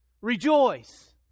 Rejoice